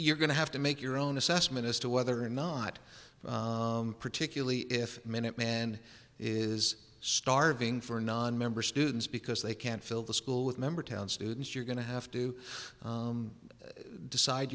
you're going to have to make your own assessment as to whether or not particularly if minuteman is starving for nonmember students because they can't fill the school with member town students you're going to have to decide